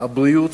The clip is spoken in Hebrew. הבריאות,